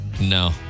No